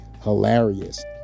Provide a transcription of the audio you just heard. hilarious